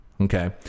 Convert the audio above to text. Okay